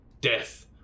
Death